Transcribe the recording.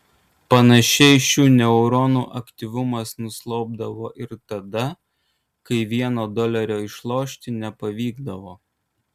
panašiai šių neuronų aktyvumas nuslopdavo ir tada kai vieno dolerio išlošti nepavykdavo